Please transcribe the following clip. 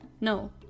No